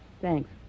Thanks